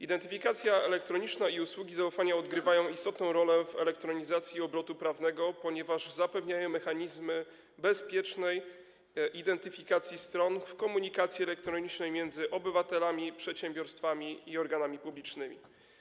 Identyfikacja elektroniczna i usługi zaufania odgrywają istotną rolę w elektronizacji obrotu prawnego, ponieważ zapewniają mechanizmy bezpiecznej identyfikacji stron w komunikacji elektronicznej między obywatelami, przedsiębiorstwami i organami publicznymi.